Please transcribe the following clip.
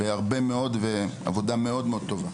גם בערביות בהרבה מאוד, ועבודה טובה מאוד.